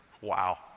Wow